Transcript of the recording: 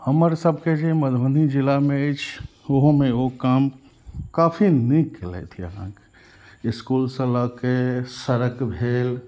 हमर सभके जे मधुबनी जिलामे अछि ओहोमे ओ काम काफी नीक केलथि अहाँके इसकुलसँ लऽके सड़क भेल